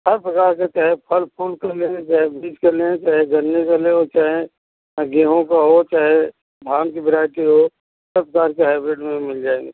सब प्रकार के चाहे फल फूल को ले लें चाहे बीज के लें चाहे गन्ने का लें और चाहे गेहूँ का हो चाहे धान की वैराइटी हो सब प्रकार की हाइब्रेड में मिल जाएँगी